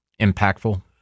impactful